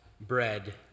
bread